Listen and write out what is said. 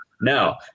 No